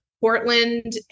Portland